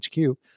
HQ